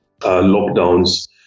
lockdowns